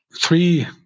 three